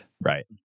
Right